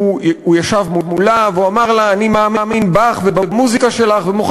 הוא ישב מולה והוא אמר לה: אני מאמין בך